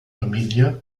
familie